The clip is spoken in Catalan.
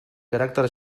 caràcter